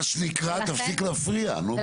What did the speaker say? מה שנקרא, תפסיק להפריע, באמת.